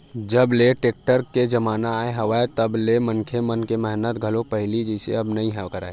जब ले टेक्टर के जमाना आगे हवय तब ले मनखे मन ह मेहनत घलो पहिली जइसे अब नइ करय